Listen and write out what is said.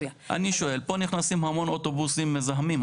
אני שואל: פה נכנסים המון אוטובוסים מזהמים,